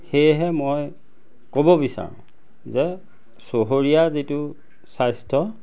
সেয়েহে মই ক'ব বিচাৰোঁ যে চহৰীয়া যিটো স্বাস্থ্য